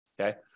Okay